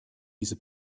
diese